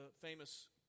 famous